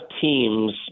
teams